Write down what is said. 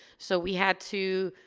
so we had to,